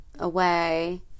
away